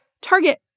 target